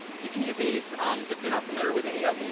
you can use these if you're not familiar with any of